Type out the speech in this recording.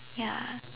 ya